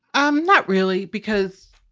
um not really, because,